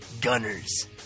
gunners